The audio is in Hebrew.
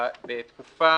בתקופה